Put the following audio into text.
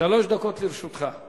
שלוש דקות לרשותך.